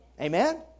Amen